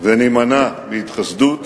ונימנע מהתחסדות,